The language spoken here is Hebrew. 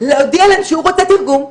להודיע להם שהוא רוצה תרגום,